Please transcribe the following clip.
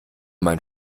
mein